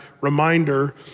reminder